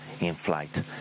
in-flight